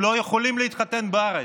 הם לא יכולים להתחתן בארץ.